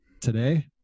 today